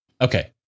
Okay